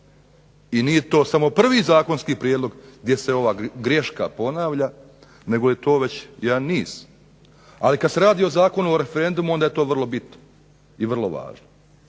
i nije to prvi zakonski prijedlog gdje se ova greška ponavlja već je to jedan niz. Ali kada se radi o Zakonu o referendumu onda je to vrlo bitno i vrlo važno.